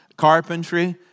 carpentry